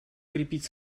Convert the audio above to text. крепить